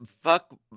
fuck